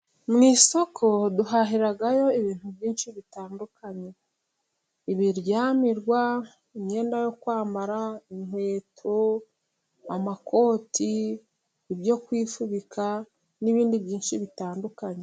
Mu isoko duhahirayo ibintu byinshi bitandukanye: iryamirwa, imyenda yo kwambara, inkweto, amakoti, ibyo kwifubika, n'ibindi byinshi bitandukanye.